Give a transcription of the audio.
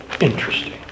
interesting